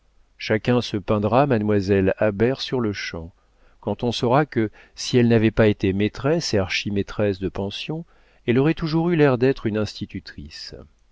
chacun se peindra mademoiselle habert sur-le-champ quand on saura que si elle n'avait pas été maîtresse et archimaîtresse de pension elle aurait toujours eu l'air d'être une institutrice